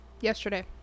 Yesterday